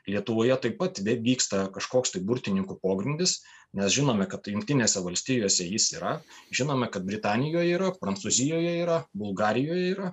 lietuvoje taip pat vyksta kažkoks tai burtininkų pogrindis nes žinome kad jungtinėse valstijose jis yra žinome kad britanijoje yra prancūzijoje yra bulgarijoje yra